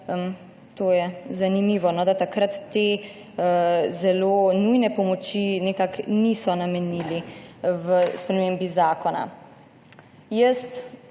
je to zanimivo, da takrat te zelo nujne pomoči nekako niso namenili v spremembi zakona. Jaz